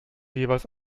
jeweils